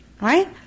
Right